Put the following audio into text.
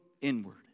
inward